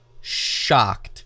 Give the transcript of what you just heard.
shocked